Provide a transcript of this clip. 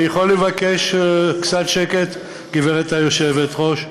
אני יכול לבקש קצת שקט, גברתי היושבת-ראש?